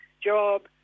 job